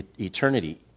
eternity